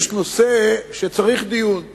יש נושא שצריך דיון בו,